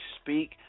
speak